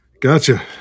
Gotcha